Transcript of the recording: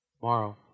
tomorrow